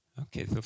okay